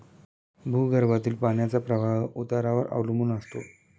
भूगर्भातील पाण्याचा प्रवाह उतारावर अवलंबून असतो